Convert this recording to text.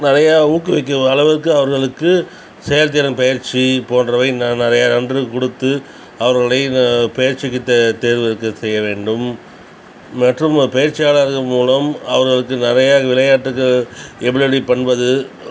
நிறையா ஊக்குவிக்கும் அளவுக்கு அவர்களுக்கு செயல்திறன் பயிற்சி போன்றவை இன்னும் நிறையா நன்று கொடுத்து அவர்களுடைய இந்தப் பயிற்சிக்கு தே தேர்வுக்குச் செய்ய வேண்டும் மற்றும் பயிற்சியாளர்கள் மூலம் அவர்களுக்கு நிறையாக விளையாட்டுக்கு எப்படி எப்படி பண்ணுவது